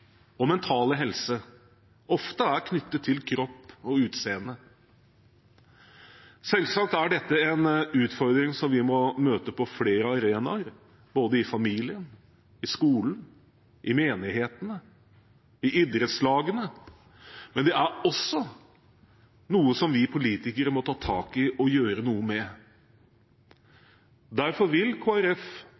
og mentale helse ofte er knyttet til kropp og utseende. Selvsagt er dette en utfordring som vi må møte på flere arenaer, både i familien, i skolen, i menighetene og i idrettslagene, men det er også noe vi som politikere må ta tak i og gjøre noe med. Derfor vil